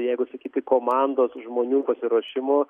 jeigu sakyti komandos žmonių pasiruošimo